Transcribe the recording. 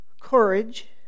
courage